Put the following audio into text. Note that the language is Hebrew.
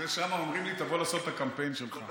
ושם אומרים לי: תבוא לעשות את הקמפיין שלך.